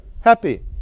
happy